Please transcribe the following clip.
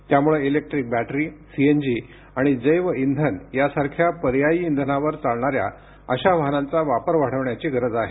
त्यामुळे electric battery CNG आणि जैव इंघन यासारख्या पर्यायी इंघनांवर चालणाऱ्या अशा वाहनांचा वापर वाढवण्याची गरज आहे